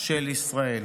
של ישראל.